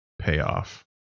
payoff